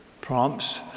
prompts